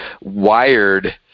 wired